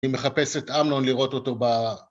היא מחפשת עמלון לראות אותו ב...